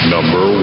Number